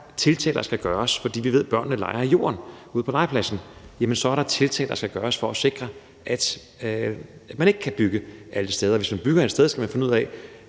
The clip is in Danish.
der er tiltag, der skal gøres. Fordi vi ved, at børnene leger i jorden ude på legepladsen, er der tiltag, der skal gøres for at sikre, at man ikke kan bygge alle steder. Og hvis man bygger et sted, skal man finde ud af,